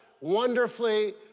wonderfully